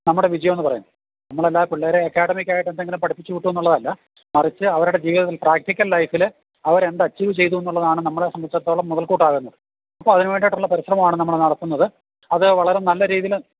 നമ്മുടെ വിജയമെന്ന് പറയുന്നത് നമ്മളെല്ലാ പിള്ളേരെ അക്കാഡമിക് ആയിട്ട് എന്തെങ്കിലും പഠിപ്പിച്ചു വിട്ടു എന്നുള്ളതല്ല മറിച്ച് അവരുടെ ജീവിതം പ്രാക്ടിക്കൽ ലൈഫിൽ അവർ എന്ത് അച്ചീവ് ചെയ്തുന്നുള്ളതാണ് നമ്മളെ സംബന്ധിച്ചിടത്തോളം മുതൽ കൂട്ടാകുന്നത് അപ്പോൾ അതിനു വേണ്ടിയിട്ടുള്ള പരിശ്രമമാണ് നമ്മൾ നടത്തുന്നത് അത് വളരെ നല്ല രീതിയിൽ